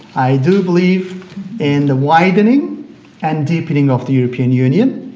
i do believe in the widening and deepening of the european union,